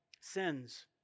sins